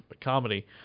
Comedy